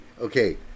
Okay